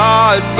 God